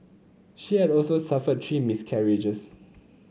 she had also suffered three miscarriages